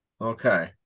Okay